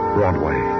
Broadway